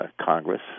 Congress